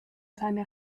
seine